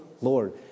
Lord